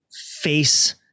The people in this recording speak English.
face